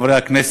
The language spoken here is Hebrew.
חברי הכנסת,